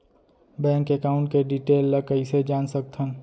Bank account के detail ल कइसे जान सकथन?